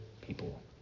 people